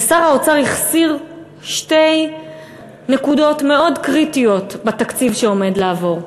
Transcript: ושר האוצר החסיר שתי נקודות מאוד קריטיות בתקציב שעומד לעבור: